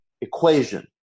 equation